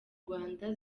rwanda